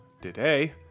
Today